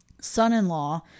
Son-in-law